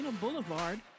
Boulevard